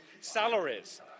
Salaries